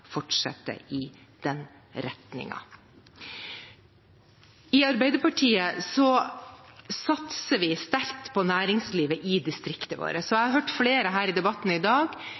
fortsette i den retningen. I Arbeiderpartiet satser vi sterkt på næringslivet i distriktene våre. Jeg har hørt flere i debatten her i dag